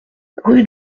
rue